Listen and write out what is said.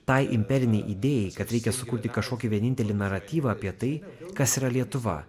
tai imperinei idėjai kad reikia sukurti kažkokį vienintelį naratyvą apie tai kas yra lietuva